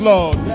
Lord